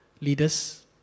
leaders